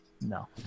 No